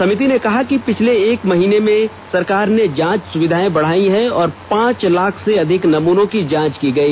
समिति ने कहा कि पिछले एक महीने में सरकार ने जांच सुविधाए बढ़ाई हैं और पांच लाख से अधिक नमूनों की जांच की गई